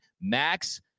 Max